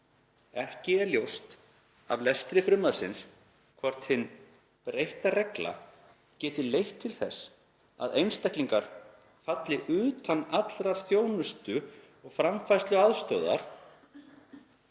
Ekki er ljóst af lestri frumvarpsins hvort hin breytta regla geti leitt til þess að einstaklingar falli utan allrar þjónustu og framfærsluaðstoðar,